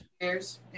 years